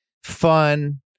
fun